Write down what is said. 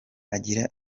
agira